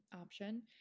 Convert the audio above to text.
option